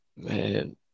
Man